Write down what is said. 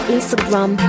Instagram